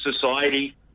society